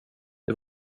det